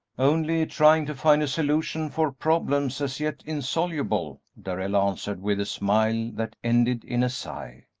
only trying to find a solution for problems as yet insoluble, darrell answered, with a smile that ended in a sigh.